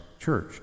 church